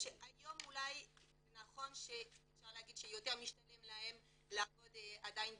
היום אולי זה נכון שאפשר להגיד שיותר משתלם להם לעבוד עדיין בצרפת,